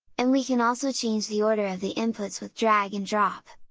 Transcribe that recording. and we can also change the order of the inputs with drag and drop!